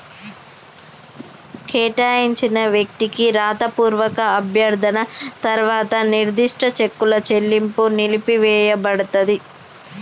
కేటాయించిన వ్యక్తికి రాతపూర్వక అభ్యర్థన తర్వాత నిర్దిష్ట చెక్కుల చెల్లింపు నిలిపివేయపడతది